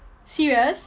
serious